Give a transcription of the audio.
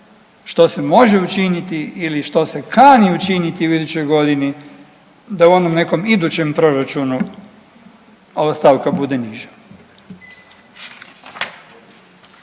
što se može učiniti ili što se kani učiniti u idućoj godini da u onom nekom idućem proračunu ova stavka bude niža?